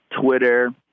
Twitter